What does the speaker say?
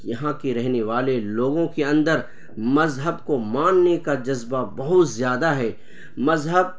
یہاں کے رہنے والے لوگوں کے اندر مذہب کو ماننے کا جذبہ بہت زیادہ ہے مذہب